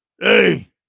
Hey